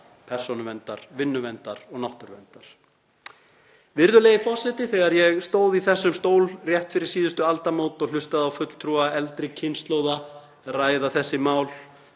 persónuverndar, vinnuverndar og náttúruverndar. Virðulegi forseti. Þegar ég stóð í þessum stól rétt fyrir síðustu aldamót og hlustað á fulltrúa eldri kynslóða ræða þessi mál